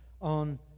on